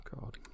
God